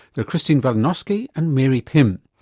they're christine veljanosky and mary pym.